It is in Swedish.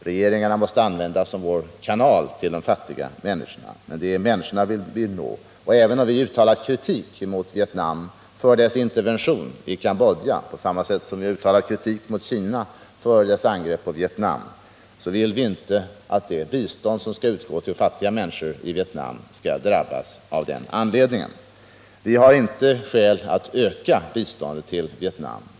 Regeringarna måste användas som vår kanal till de fattiga människorna, för det är dem vi vill nå. Även om vi uttalat kritik mot Vietnam för dess intervention i Cambodja på samma sätt som vi uttalat kritik mot Kina för dess angrepp på Vietnam, vill vi inte att det bistånd som skall utgå till fattiga människor i Vietnam skall drabbas av den anledningen. Vi har inte skäl att öka biståndet till Vietnam.